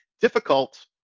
difficult